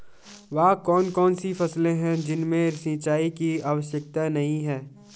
वह कौन कौन सी फसलें हैं जिनमें सिंचाई की आवश्यकता नहीं है?